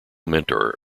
mentor